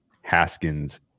Haskins